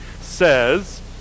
says